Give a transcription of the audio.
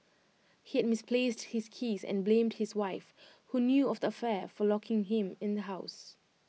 he had misplaced his keys and blamed his wife who knew of the affair for locking him in the house